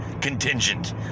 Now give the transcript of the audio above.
contingent